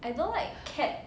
I don't like CAD